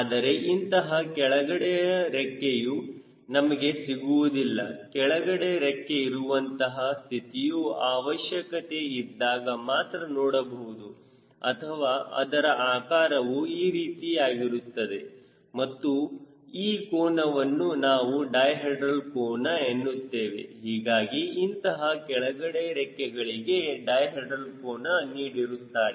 ಆದರೆ ಇಂತಹ ಕೆಳಗಡೆ ರೆಕ್ಕೆಯು ನಮಗೆ ಸಿಗುವುದಿಲ್ಲ ಕೆಳಗಡೆ ರೆಕ್ಕೆ ಇರುವಂತಹ ಸ್ಥಿತಿಯು ಅವಶ್ಯಕತೆ ಇದ್ದಾಗ ಮಾತ್ರ ನೋಡಬಹುದು ಅಥವಾ ಅದರ ಆಕಾರವೂ ಈ ರೀತಿಯಾಗಿರುತ್ತದೆ ಮತ್ತು ಈ ಕೋನವನ್ನು ನಾವು ಡೈಹೆಡ್ರಲ್ ಕೋನ ಎನ್ನುತ್ತೇವೆ ಹೀಗಾಗಿ ಇಂತಹ ಕೆಳಗಡೆ ರೆಕ್ಕೆಗಳಿಗೆ ಡೈಹೆಡ್ರಲ್ ಕೋನ ನೀಡಿರುತ್ತಾರೆ